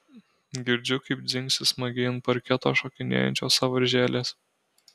girdžiu kaip dzingsi smagiai ant parketo šokinėjančios sąvaržėlės